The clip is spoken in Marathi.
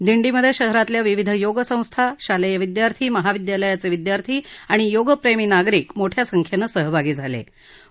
दिंडीमध्ये शहरातल्या विविध योग संस्था शालेय विद्यार्थी महाविद्यालयाचे विद्यार्थी आणि योगप्रेमी नागरिक मोठ्या संख्येनं सहभागी झाले होते